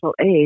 aid